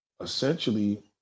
essentially